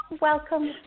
Welcome